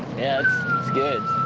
it's it's good.